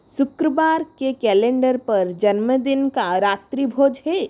शुक्रवार के कैलेंडर पर जन्मदिन का रात्रिभोज है